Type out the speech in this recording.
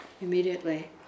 immediately